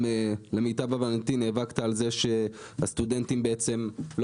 למיטב הבנתי נאבקת על זה שהסטודנטים לא